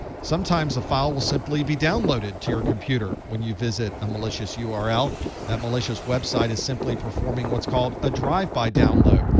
sometimes, a file will simply be downloaded to your computer when you visit a malicious ah url. that malicious website is simply performing what's called a drive by download.